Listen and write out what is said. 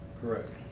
Correct